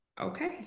okay